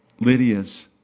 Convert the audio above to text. Lydia's